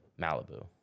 Malibu